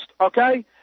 okay